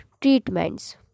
treatments